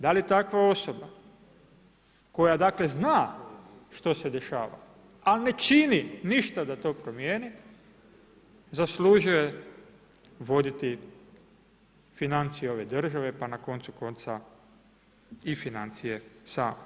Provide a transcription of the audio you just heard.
Da li takva osoba koja dakle zna što se dešava a ne čini ništa da to promijeni, zaslužuje voditi financije ove države pa na koncu konca i financije same?